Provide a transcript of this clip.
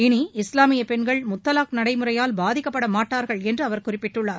இனி இஸ்லாமிய பெண்கள் முத்தலாக் நடைமுறையால் பாதிக்கப்பட மாட்டார்கள் என்று அவர் குறிப்பிட்டுள்ளார்